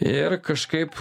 ir kažkaip